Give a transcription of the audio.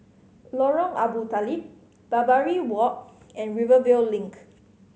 Lorong Abu Talib Barbary Walk and Rivervale Link